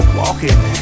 walking